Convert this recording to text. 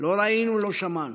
"לא ראינו, לא שמענו".